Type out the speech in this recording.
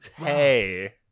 Hey